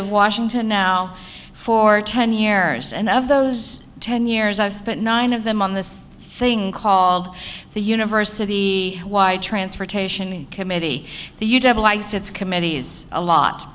of washington now for ten years and of those ten years i've spent nine of them on this thing called the university wide transportation committee the you'd have a license committees a lot